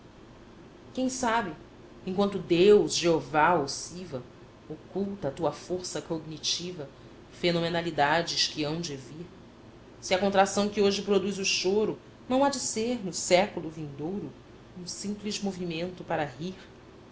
quem sabe enquanto deus jeová ou siva oculta à tua força cognitiva fenomenalidades que hão de vir se a contração que hoje produz o choro não há de ser no século vindouro um simples movimento para rir